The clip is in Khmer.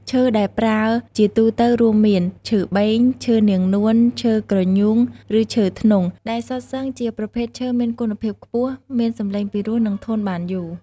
ឈើដែលប្រើជាទូទៅរួមមាន ឈើបេង ឈើនាងនួន ឈើគ្រញូង ឬឈើធ្នង់ ដែលសុទ្ធសឹងជាប្រភេទឈើមានគុណភាពខ្ពស់ មានសម្លេងពិរោះ និងធន់បានយូរ។